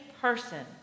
person